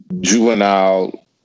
juvenile